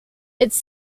its